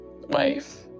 wife